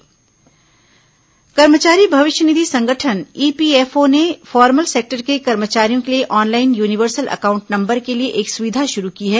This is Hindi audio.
ईपीएफओ कर्मचारी भविष्य निधि संगठन ईपीएफओ ने फॉर्मल सेक्टर के कर्मचारियों के लिए ऑनलाइन यूनिवर्सल अकाउंट नम्बर के लिए एक सुविधा शुरू की है